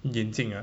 眼镜 ah